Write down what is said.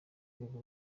rwego